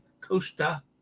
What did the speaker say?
Costa